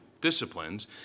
disciplines